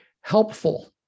helpful